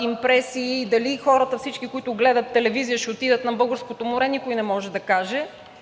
импресии. Но дали всички хора, които гледат телевизия, ще отидат на българското море, никой не може да каже.